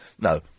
No